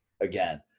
again